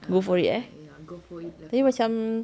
go for it eh tapi macam